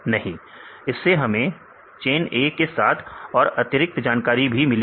नहीं इससे हमें चेन A के साथ और अतिरिक्त जानकारी भी मिली है